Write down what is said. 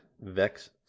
Vex